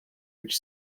which